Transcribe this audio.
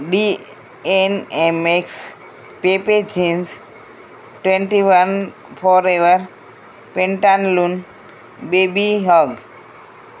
B N M X Pepe Jeans twenty one forever Pantaloons baby હગ